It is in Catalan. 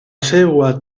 seua